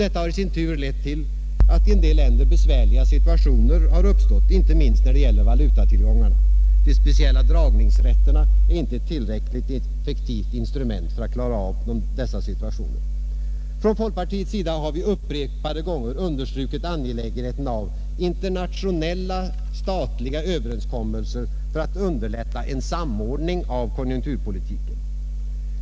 Detta har i sin tur lett till att i en del länder besvärliga situationer har uppstått, inte minst när det gäller valutatillgångarna. De speciella dragningsrätterna är inte ett tillräckligt effektivt instrument för att klara av dessa situationer. Från folkpartiets sida har vi upprepade gånger understrukit angelägenheten av internationella statliga överenskommelser för att underlätta en samordning av konjunkturpolitiken.